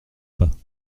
pas